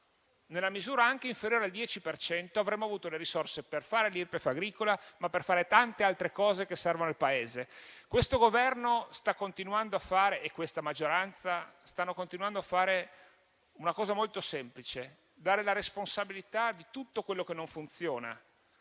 nella misura anche inferiore al 10 per cento, avremmo avuto le risorse per l'Irpef agricola e per tante altre cose che servono al Paese. Questo Governo e questa maggioranza stanno continuando a fare una cosa molto semplice: dare la responsabilità di tutto quello che non funziona